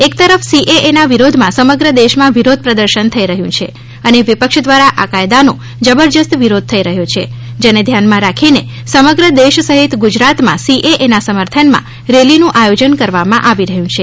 એક તરફ સીએએના વિરોધમાં સમગ્ર દેશમાં વિરોધ પ્રદર્શન થઇ રહ્યું છે અને વિપક્ષ દ્વારા આ કાયદાનો જબરજસ્ત વિરોધ થઇ રહ્યો છે જેને ધ્યાનમાં રાખીને સમગ્ર દેશ સહિત ગુજરાતમાં સીએએના સમર્થનમાં રેલીનું આયોજન કરવામાં આવી રહ્યું છે